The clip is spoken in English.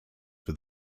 for